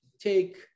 take